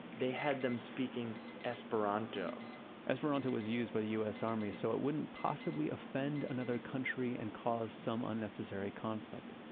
they had them speaking esperanto esperanto was used by the us army so it wouldn't possibly offend another country and cause some unnecessary conflict.